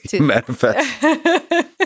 Manifest